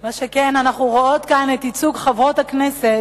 מה שכן, אנחנו רואות כאן את ייצוג חברות הכנסת,